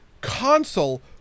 console